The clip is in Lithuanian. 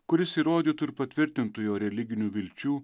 kuris įrodytų ir patvirtintų jo religinių vilčių